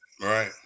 right